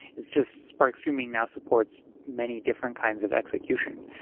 it's just spark streaming now supports many different kinds of execution.